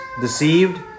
deceived